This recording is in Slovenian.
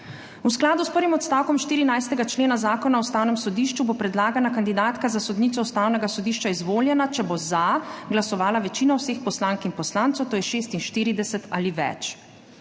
V skladu s prvim odstavkom 14. člena Zakona o Ustavnem sodišču bo predlagana kandidatka za sodnico Ustavnega sodišča izvoljena, če bo za glasovala večina vseh poslank in poslancev, to je 46 ali več.